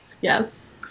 Yes